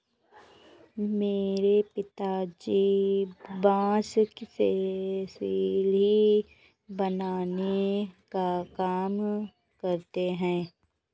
मेरे पिताजी बांस से सीढ़ी बनाने का काम करते हैं